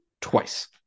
twice